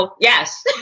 yes